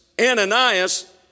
Ananias